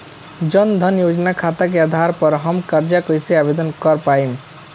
जन धन योजना खाता के आधार पर हम कर्जा कईसे आवेदन कर पाएम?